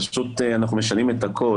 פשוט אנחנו משנים את הכל.